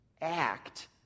act